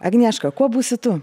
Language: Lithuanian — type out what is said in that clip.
agnieška kuo būsi tu